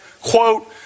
quote